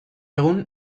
egun